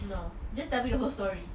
no just tell me the whole story